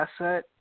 asset